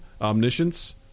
omniscience